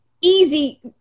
easy